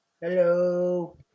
Hello